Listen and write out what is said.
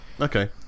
Okay